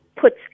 puts